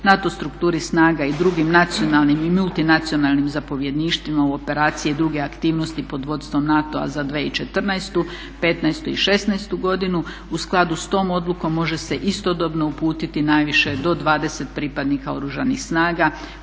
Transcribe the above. NATO strukturi snagama i drugim nacionalnim i multinacionalnim zapovjedništvima u operaciji i druge aktivnosti pod vodstvom NATO-a za 2014., 2015. i 2016. godinu. U skladu s tom odlukom može se istodobno uputiti najviše do 20 pripadnika Oružanih snaga